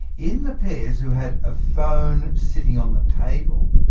in the pairs who had a phone sitting on the table,